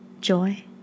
Joy